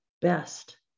best